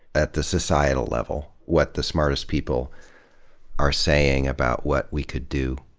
at the societal level, what the smartest people are saying about what we could do,